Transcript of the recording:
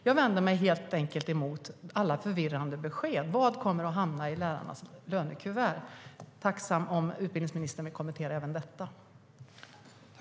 Jag vänder mig helt enkelt emot alla förvirrande besked. Vad kommer att hamna i lärarnas lönekuvert? Jag vore tacksam om utbildningsministern vill kommentera även detta.